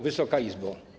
Wysoka Izbo!